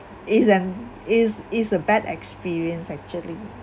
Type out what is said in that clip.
it's um it's it's a bad experience actually